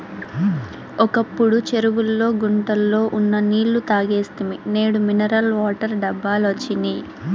ఒకప్పుడు చెరువుల్లో గుంటల్లో ఉన్న నీళ్ళు తాగేస్తిమి నేడు మినరల్ వాటర్ డబ్బాలొచ్చినియ్